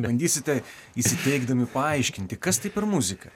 bandysite įsiteikdami paaiškinti kas tai per muzika